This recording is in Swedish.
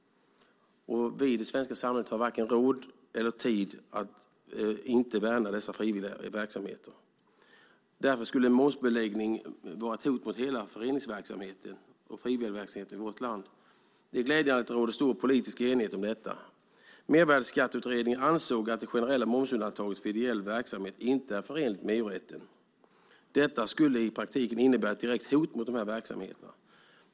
Vi i det svenska samhället har varken råd eller tid att inte värna dessa frivilliga verksamheter. Momsbeläggning skulle vara ett hot mot hela förenings och frivilligverksamheten i vårt land. Det är glädjande att det råder stor politisk enighet om detta. Mervärdesskatteutredningen ansåg att det generella momsundantaget för ideell verksamhet inte är förenligt med EU-rätten. Detta skulle i praktiken innebära ett direkt hot mot dessa verksamheter.